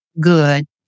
good